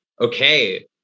Okay